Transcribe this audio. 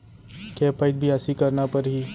के पइत बियासी करना परहि?